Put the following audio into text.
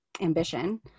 ambition